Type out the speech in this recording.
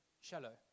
shallow